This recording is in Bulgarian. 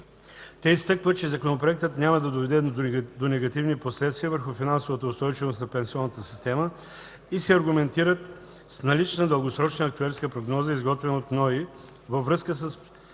Те изтъкват, че законопроектът няма да доведе до негативни последствия върху финансовата устойчивост на пенсионната система и се аргументират с налична дългосрочна актюерска прогноза, изготвена от Националния